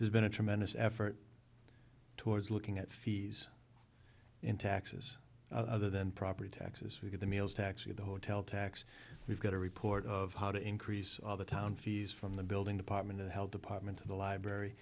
there's been a tremendous effort towards looking at fees and taxes other than property taxes we get the meals tax or the hotel tax we've got a report of how to increase all the town fees from the building department of health department to the library